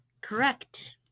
Correct